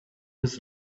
his